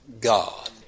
God